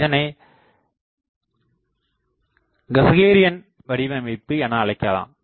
இதனை கஸக்ரேயன் வடிவமைப்பு எனஅழைக்கலாம்